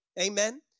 Amen